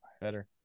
better